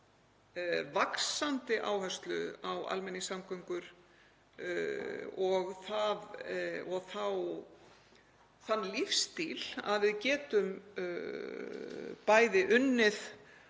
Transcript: vaxandi áherslu á almenningssamgöngur og þann lífsstíl að við getum bæði unnið